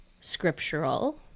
scriptural